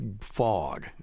fog